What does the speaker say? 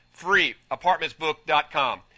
freeapartmentsbook.com